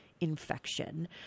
infection